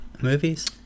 movies